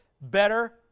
better